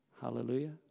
Hallelujah